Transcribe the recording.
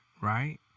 right